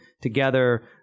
together